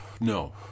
no